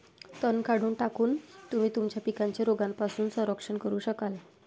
तण काढून टाकून, तुम्ही तुमच्या पिकांचे रोगांपासून संरक्षण करू शकाल